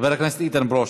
חבר הכנסת איתן ברושי.